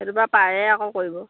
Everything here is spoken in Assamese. সেইটোৰপৰা পাৰে আকৌ কৰিব